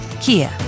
Kia